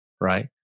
right